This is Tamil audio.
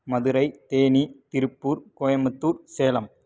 மதுரை தேனி திருப்பூர் கோயமுத்தூர் சேலம்